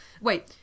Wait